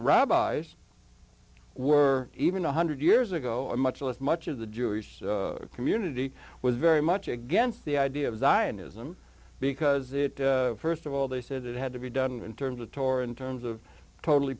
rabbis were even a one hundred years ago and much less much of the jewish community was very much against the idea of zionism because it st of all they said it had to be done in terms of torah in terms of totally